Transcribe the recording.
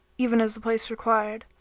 even as the place required.